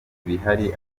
ibihari